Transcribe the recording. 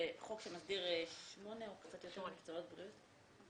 זה חוק שמסדיר שמונה או קצת יותר מקצועות בריאות.